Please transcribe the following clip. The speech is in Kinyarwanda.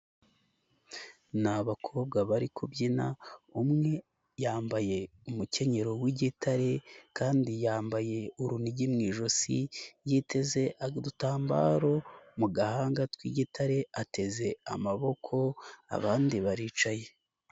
Ni abakobwa bari kubyina, umwe yambaye umukenyero w'igitare kandi yambaye urunigi mu ijosi, yiteze udutambaro mu gahanga tw'igitare, ateze amaboko, abandi baricaye.